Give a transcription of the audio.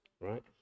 right